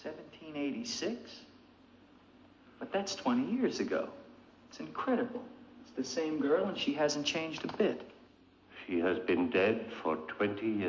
seventeen eighty six but that's twenty years ago it's incredible it's the same girl and she hasn't changed a bit he has been dead for twenty